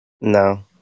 No